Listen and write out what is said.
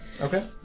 okay